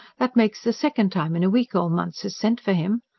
that makes the second time in a week old munce has sent for him.